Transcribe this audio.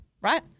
Right